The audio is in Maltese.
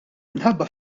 minħabba